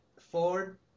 Ford